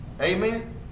Amen